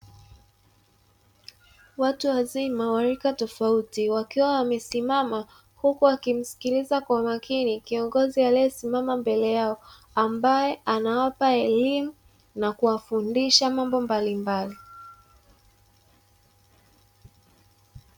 Watu wazima wa rika tofauti, wakiwa wamesimama, huku wakimsikiliza kwa umakini kiongozi aliyesimama mbele yao, ambaye anawapa elimu na kuwafundisha mambo mbalimbali.